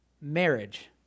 marriage